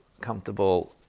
comfortable